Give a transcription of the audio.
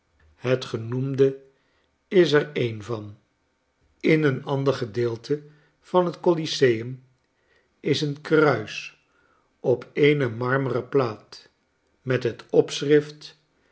het genoemde is er een van in een ander gedeelte van het coliseum is een kruis op eene marmeren plaat met het